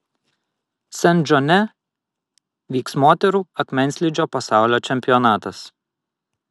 sent džone vyks moterų akmenslydžio pasaulio čempionatas